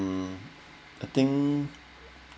um I think